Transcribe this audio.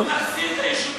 אנחנו נחזיר את היישובים.